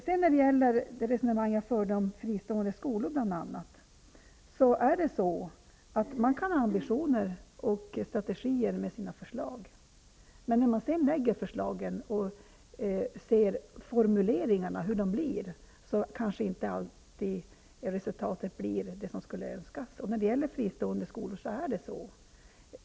När det sedan gäller resonemanget om bl.a. fristående skolor kan man ha ambitioner och strategier med sina förslag, men när man sedan lägger fram förslagen och ser formuleringarna blir resultatet kanske inte alltid det som skulle önskas. Så är det när det gäller fristående skolor.